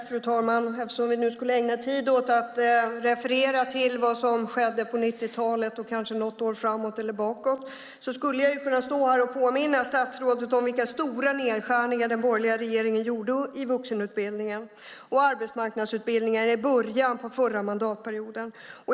Fru talman! Eftersom vi nu skulle ägna tid åt att referera till vad som skedde på 90-talet och kanske något år framåt eller bakåt skulle jag kunna påminna statsrådet om vilka stora nedskärningar den borgerliga regeringen gjorde i vuxenutbildningen och arbetsmarknadsutbildningen i början av förra mandatperioden.